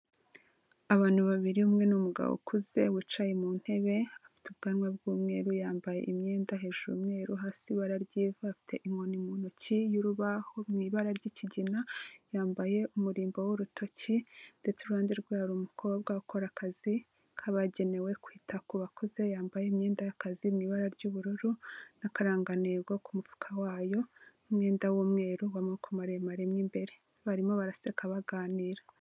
Abantu babiri, umwe ni umugabo ukuze wicaye mu ntebe, afite ubwanwa bw'umweru, yambaye imyenda hejuru umweru, hasi ibara ry'ivu, afite inkoni mu ntoki y'urubaho mu ibara ry'ikigina, yambaye umurimbo w'urutoki ndetse iruhande rwe hari umukobwa ukora akazi k'abagenewe kwita ku bakuze, yambaye imyenda y'akazi mu ibara ry'ubururu n'akarangantego ku mufuka wayo n'umwenda w'umweru w'amoboko maremare mo imbere. Barimo baraseka baganira.